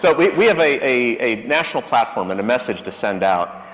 so we, we have a, a, a national platform and a message to send out.